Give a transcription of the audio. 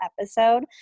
episode